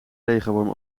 regenworm